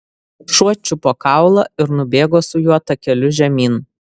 šuo čiupo kaulą ir nubėgo su juo takeliu žemyn